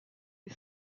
est